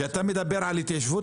כשאתה מדבר על התיישבות,